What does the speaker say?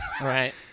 Right